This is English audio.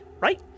right